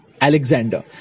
alexander